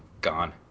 gone